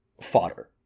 fodder